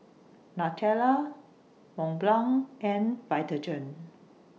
Nutella Mont Blanc and Vitagen